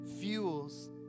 fuels